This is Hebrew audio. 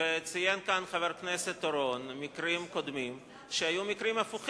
ציין כאן חבר הכנסת אורון מקרים קודמים שהיו הפוכים.